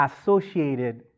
associated